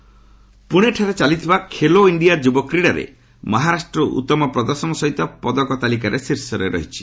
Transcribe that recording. Khelo India ପୁଣେଠାରେ ଚାଲିଥିବା Khelo India ଯୁବ କ୍ରୀଡ଼ାରେ ମହାରାଷ୍ଟ୍ର ଉତ୍ତମ ପ୍ରଦର୍ଶନ ସହିତ ପଦକ ତାଲିକାରେ ଶୀର୍ଷରେ ରହିଛି